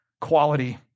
quality